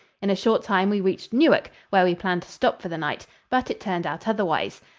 in a short time we reached newark, where we planned to stop for the night but it turned out otherwise.